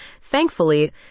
Thankfully